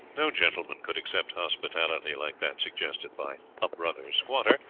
no gentleman could accept hospitality like that suggested by a brother squatter,